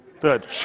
Good